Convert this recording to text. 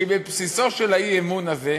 שהיא בבסיסו של האי-אמון הזה,